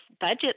budget